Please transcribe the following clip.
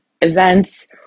events